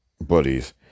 buddies